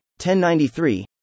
1093